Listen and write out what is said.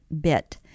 bit